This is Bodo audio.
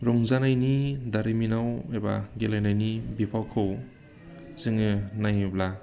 रंजानायनि दारिमिनाव एबा गेलेनायनि बिफावखौ जोङो नायोब्ला